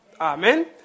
Amen